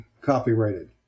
copyrighted